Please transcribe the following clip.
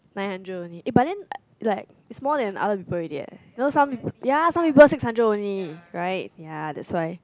nine hundred only eh but then like it's more than other people already eh you know some pe~ ya some people six hundred only